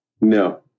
No